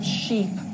sheep